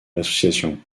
l’association